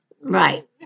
Right